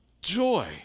Joy